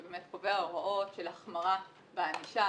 שקובע הוראות של החמרה בענישה,